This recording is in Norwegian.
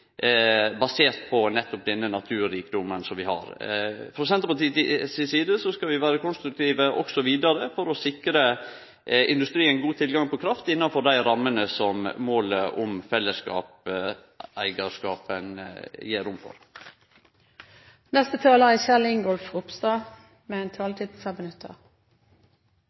basert på nettopp denne naturrikdomen som vi har. Frå Senterpartiets side skal vi vere konstruktive også vidare for å sikre industrien god tilgang på kraft innanfor dei rammene som målet om fellesskapens eigarskap gjer rom for. Dette er jo en sak med